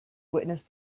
witnessed